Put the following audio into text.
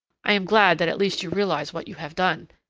i am glad that at least you realize what you have done.